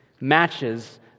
matches